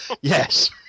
Yes